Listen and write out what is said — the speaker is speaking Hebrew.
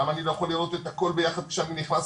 למה אני לא יכול לראות את הכל ביחד כשאני נכנס